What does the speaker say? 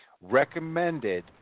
recommended